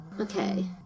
okay